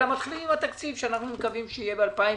אלא מתחילים עם התקציב שאנחנו מקווים שיהיה ב-2022.